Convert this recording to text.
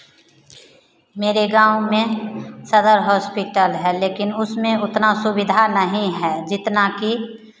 मेरे गाँव में सदर हॉस्पिटल है लेकिन उसमें उतना सुविधा नहीं है जितना कि